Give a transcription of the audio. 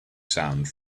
sound